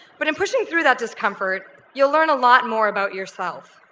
but in pushing through that discomfort, you'll learn a lot more about yourself.